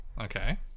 Okay